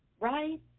right